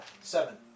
Seven